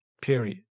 period